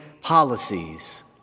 policies